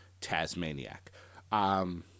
Tasmaniac